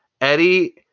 Eddie